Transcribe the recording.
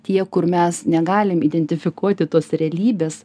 tie kur mes negalim identifikuoti tos realybės